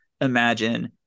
imagine